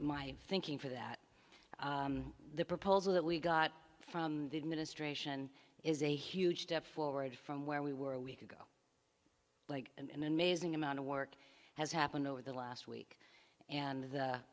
my thinking for that the proposal that we got from the administration is a huge step forward from where we were a week ago like in an amazing amount of work has happened over the last week and the